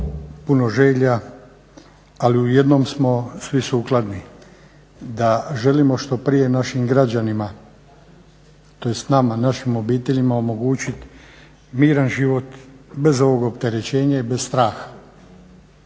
puno želja ali u jednom smo svi sukladni, da želimo što prije našim građanima, tj. nama, našim obiteljima omogućiti miran život bez ovog opterećenja i bez straha.